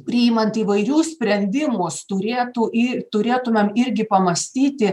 priimant įvairius sprendimus turėtų ir turėtumėm irgi pamąstyti